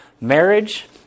marriage